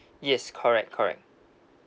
yes correct correct